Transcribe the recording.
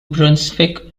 brunswick